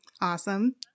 Awesome